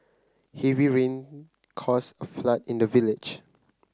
heavy rain caused a flood in the village